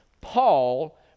Paul